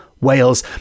Wales